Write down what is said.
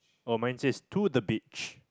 oh mine says to the beach